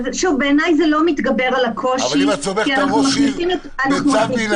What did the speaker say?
בעיניי זה לא מתגבר על הקושי -- אם את סומכת על ראש עיר בצו מינהלי,